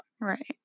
Right